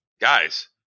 guys